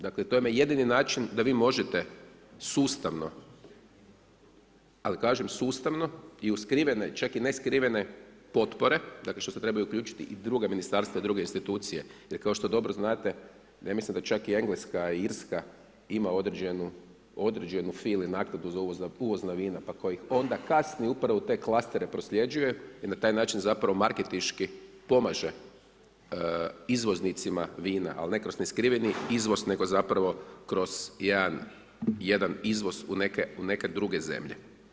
Dakle, to vam je jedini način da vi možete sustavno, ali kažem sustavno i u skrivene, čak i neskrivene potpore, dakle što se trebaju uključiti i druga ministarstva i druge institucije, jer kao što dobro znate, ja mislim da čak i Engleska i Irska, ima određenu fili naknadu za uvozna vina, pa koji onda kasnije, upravo u te klastere prosljeđuje jer na taj način, zapravo marketinški pomaže izvoznicima vina, ali ne kroz skriveni izvoz, nego zapravo, kroz jedan izvoz u neke druge zemlje.